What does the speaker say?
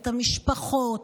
את המשפחות,